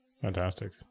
Fantastic